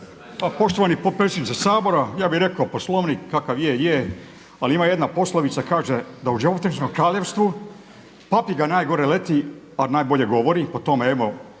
Poštovani potpredsjedniče Sabora, ja bih rekao Poslovnik kakav je je, ali ima jedna poslovica kaže da u životinjskom kraljevstvu papiga najgore leti ali najbolje govori, po tome evo